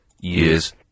years